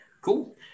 cool